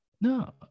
No